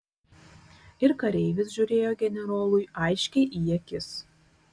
ir kareivis žiūrėjo generolui aiškiai į akis